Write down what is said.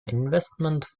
investment